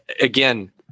again